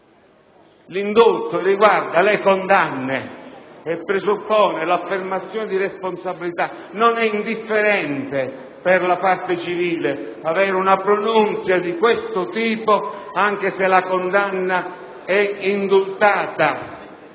L'indulto riguarda le condanne e presuppone l'affermazione di responsabilità: non è indifferente per la parte civile avere una pronunzia di questo tipo, anche se la condanna è indultata,